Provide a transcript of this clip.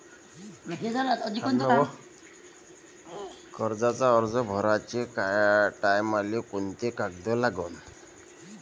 कर्जाचा अर्ज भराचे टायमाले कोंते कागद लागन?